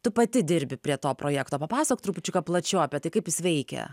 tu pati dirbi prie to projekto papasak trupučiuką plačiau apie tai kaip jis veikia